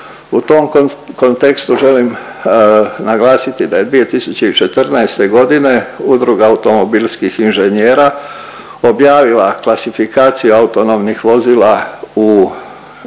U tom kontekstu naglasiti da je 2014. godine Udruga automobilskih inženjera objavila klasifikacijske autonomnih vozila u 6 razina